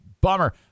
Bummer